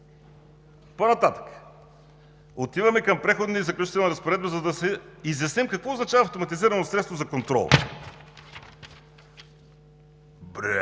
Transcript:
По-нататък! Отиваме към Преходните и заключителните разпоредби, за да си изясним какво означава „автоматизирано средство за контрол“. Бре,